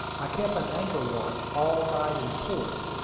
i kept an anchor watch all night in port,